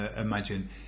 imagine